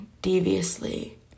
deviously